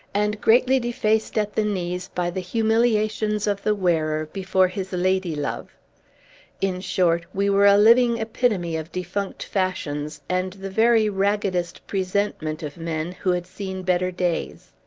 and greatly defaced at the knees by the humiliations of the wearer before his lady-love in short, we were a living epitome of defunct fashions, and the very raggedest presentment of men who had seen better days.